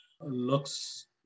looks